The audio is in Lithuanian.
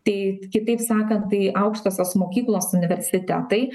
tai kitaip sakant tai aukštosios mokyklos universitetai